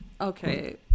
okay